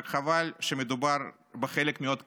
רק חבל שמדובר בחלק מאוד קטן.